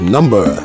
Number